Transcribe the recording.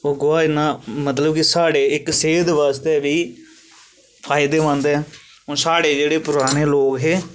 ओह् गोहा इन्ना मतलब कि साढ़े इक सेहद आस्ते बी फायदेमंद ऐ हून साढ़े जेहड़े पराने लोक हे